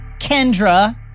Kendra